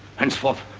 henceforth,